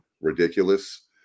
ridiculous